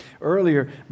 earlier